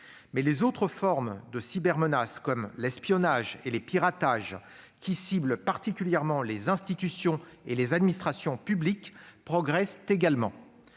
dit, les autres formes de cybermenaces, comme l'espionnage et les piratages, qui ciblent particulièrement les institutions et administrations publiques, progressent également.